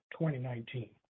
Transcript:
2019